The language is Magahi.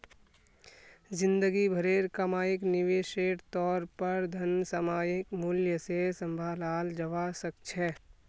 जिंदगी भरेर कमाईक निवेशेर तौर पर धन सामयिक मूल्य से सम्भालाल जवा सक छे